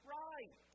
right